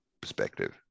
perspective